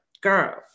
girl